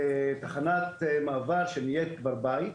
תחנת מעבר שנהיית כבר בית,